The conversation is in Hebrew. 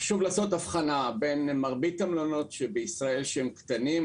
חשוב לעשות הבחנה בין מרבית המלונות בישראל שהם קטנים,